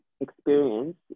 experience